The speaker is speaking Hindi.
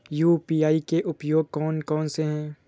यू.पी.आई के उपयोग कौन कौन से हैं?